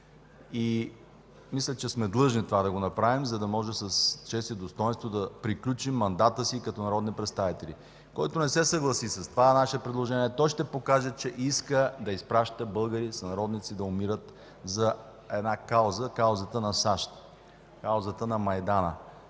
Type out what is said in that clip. Мисля, че сме длъжни да направим това, за да можем с чест и достойнство да приключим мандата си като народни представители. Който не се съгласи с това наше предложение, ще покаже, че иска да изпраща българи – сънародници да умират за една кауза – каузата на САЩ, каузата на Майдана